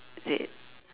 is it